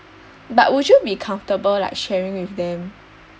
but would you be comfortable like sharing with them